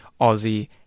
Aussie